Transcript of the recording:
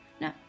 no